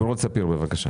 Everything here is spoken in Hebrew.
נמרוד ספיר, בבקשה.